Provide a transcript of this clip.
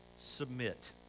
submit